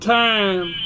time